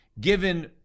given